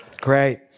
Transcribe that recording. Great